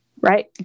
right